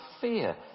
fear